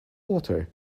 water